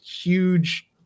huge